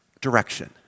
direction